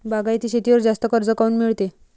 बागायती शेतीवर जास्त कर्ज काऊन मिळते?